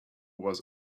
was